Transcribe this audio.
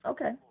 Okay